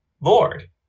Lord